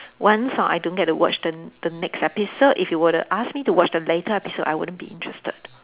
once ah I don't get to watch the the next episode if you were to ask me to watch the later episode I wouldn't be interested